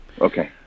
Okay